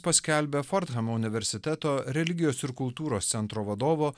paskelbė fordhamo universiteto religijos ir kultūros centro vadovo